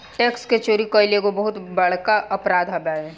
tax के चोरी कईल एगो बहुत बड़का अपराध बावे